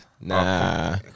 Nah